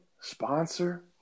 sponsor